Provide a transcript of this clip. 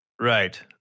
Right